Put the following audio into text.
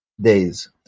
days